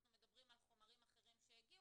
אנחנו מדברים עכשיו על חומרים אחרים שיגיעו